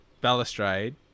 balustrade